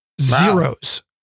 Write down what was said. Zeros